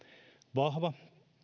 vahva